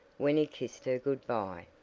when he kissed her good-bye.